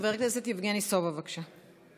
חבר הכנסת יבגני סובה, בבקשה.